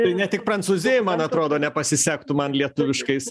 ne tik prancūzijoj man atrodo nepasisektų man lietuviškais